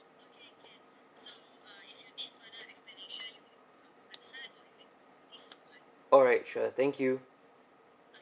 alright sure thank you